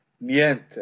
niente